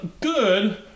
good